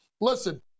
Listen